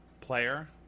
player